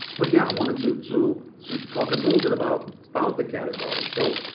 but yeah, wanted to to so talk a little bit about about the category. so,